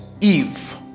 Eve